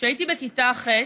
כשהייתי בכיתה ח',